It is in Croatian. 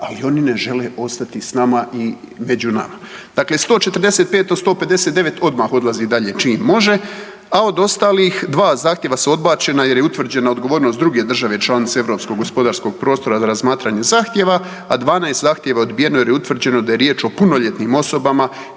ali oni ne žele ostati sa nama i među nama. Dakle, 145 od 159 odmah odlazi dalje čim može, a od ostalih dva zahtjeva su odbačena jer je utvrđena odgovornost druge države članice europskog gospodarskog prostora za razmatranje zahtjeva, a 12 zahtjeva je odbijeno jer je utvrđeno da je riječ o punoljetnim osobama